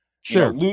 Sure